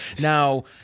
Now